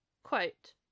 Quote